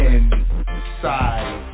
Inside